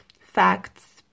facts